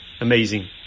amazing